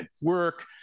work